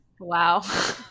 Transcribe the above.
wow